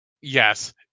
Yes